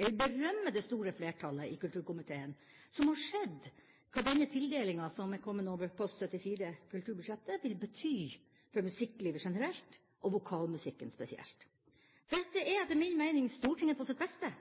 Jeg vil berømme det store flertallet i kulturkomiteen som har sett hva denne tildelinga, som er kommet over post 74 i kulturbudsjettet, vil bety for musikklivet generelt og vokalmusikken spesielt. Dette er etter min mening Stortinget på sitt beste,